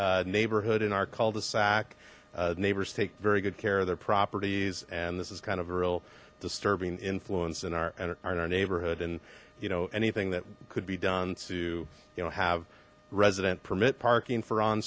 clean neighborhood in our cul de sac neighbors take very good care of their properties and this is kind of a real disturbing influence in our neighborhood and you know anything that could be done to you know have resident permit parking for on